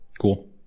Cool